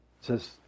says